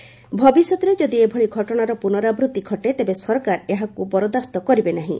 ସେ କହିଛନ୍ତି ଭବିଷ୍ୟତରେ ଯଦି ଏଭଳି ଘଟଣାର ପୁନରାବୃତ୍ତି ଘଟେ ତେବେ ସରକାର ଏହାକୁ ବରଦାସ୍ତ କରିବେ ନାହିଁ